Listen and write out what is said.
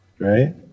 Right